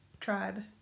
tribe